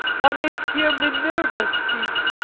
thou mayst hear minerva speak.